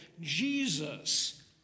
Jesus